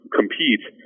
compete